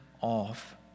off